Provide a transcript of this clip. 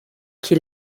qui